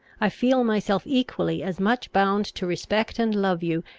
i feel myself equally as much bound to respect and love you,